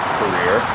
career